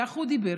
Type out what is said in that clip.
כך הוא דיבר,